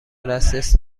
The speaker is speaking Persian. دسترس